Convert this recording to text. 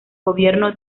gobierno